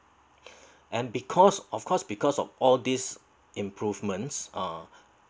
and because of course because of all these improvements uh